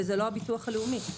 זה לא הביטוח הלאומי.